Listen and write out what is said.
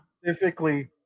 specifically